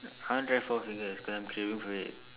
I want try four fingers cause I'm craving for it